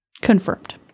Confirmed